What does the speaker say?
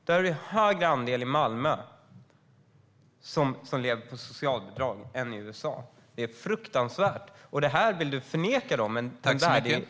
Det är en större andel som lever på socialbidrag i Malmö än i USA. Det är fruktansvärt. Annelie Karlsson! Du vill förvägra dem ett värdigt arbete.